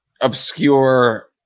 obscure